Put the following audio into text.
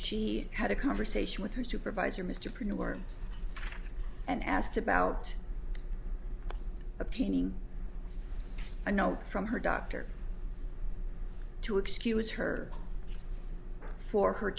she had a conversation with her supervisor mr printer and asked about a pin in a note from her doctor to excuse her for her